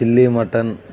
chilly mutton